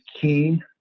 key